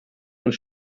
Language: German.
und